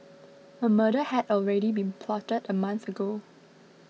a murder had already been plotted a month ago